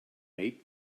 mate